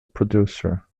producer